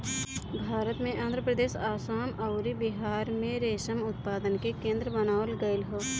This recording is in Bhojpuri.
भारत में आंध्रप्रदेश, आसाम अउरी बिहार में रेशम उत्पादन के केंद्र बनावल गईल ह